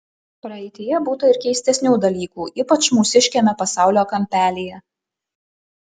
praeityje būta ir keistesnių dalykų ypač mūsiškiame pasaulio kampelyje